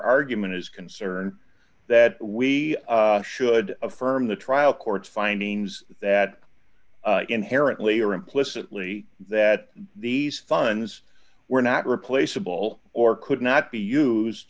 argument is concerned that we should affirm the trial court's findings that inherently are implicitly that these funds were not replaceable or could not be used